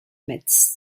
mets